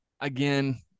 again